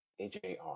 AJR